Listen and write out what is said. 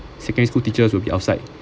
secondary school teachers will be outside